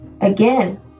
again